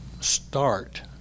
start